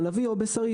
חלבית או בשרית,